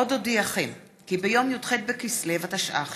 עוד אודיעכם כי ביום י"ח בכסלו התשע"ח,